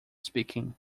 speaking